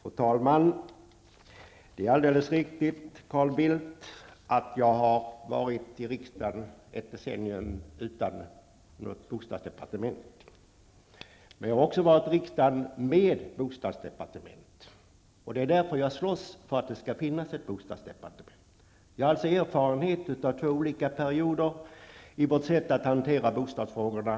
Fru talman! Det är alldeles riktigt, Carl Bildt, att jag varit i riksdagen ett decennium utan något bostadsdepartement. Men jag har också varit i riksdagen under perioder med bostadsdepartement. Det är därför jag slåss för att det skall finnas ett bostadsdepartement. Jag har alltså erfarenhet av två olika perioder i vårt sätt att hantera bostadsfrågorna.